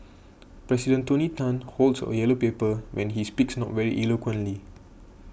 President Tony Tan holds a yellow paper when he speaks not very eloquently